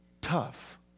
tough